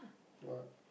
what